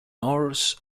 oars